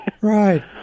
Right